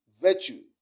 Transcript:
virtue